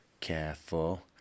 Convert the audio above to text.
Careful